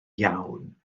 iawn